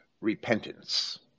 repentance